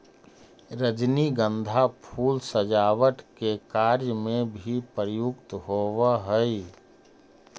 रजनीगंधा फूल सजावट के कार्य में भी प्रयुक्त होवऽ हइ